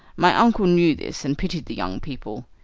my uncle knew this and pitied the young people.